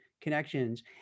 connections